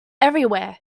everywhere